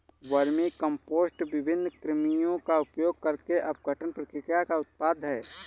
vermicompost विभिन्न कृमियों का उपयोग करके अपघटन प्रक्रिया का उत्पाद है